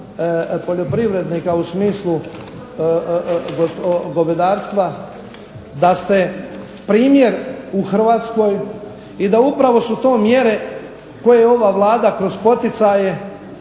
poljoprivrednika u smislu govedarstva da ste primjer u Hrvatskoj, i da upravo su to mjere koje ova Vlada kroz poticaje